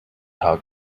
hoc